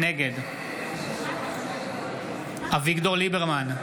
נגד אביגדור ליברמן,